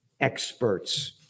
Experts